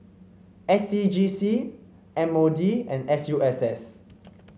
S C G C M O D and S U S S